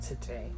today